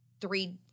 three